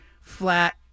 flat